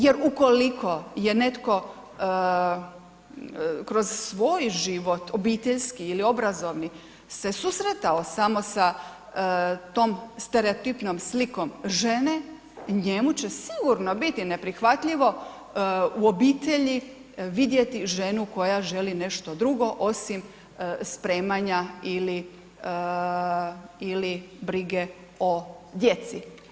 Jer ukoliko je netko kroz svoj život obiteljski ili obrazovni se susretao samo sa tom stereotipnom slikom žene njemu će sigurno biti neprihvatljivo u obitelji vidjeti ženu koja želi nešto drugo osim spremanja ili brige o djeci.